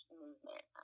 movement